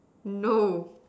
no